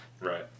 Right